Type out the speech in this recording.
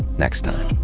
next time.